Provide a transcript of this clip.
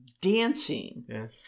dancing